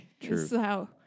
true